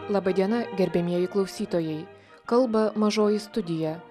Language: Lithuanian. laba diena gerbiamieji klausytojai kalba mažoji studija